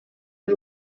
ari